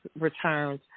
returns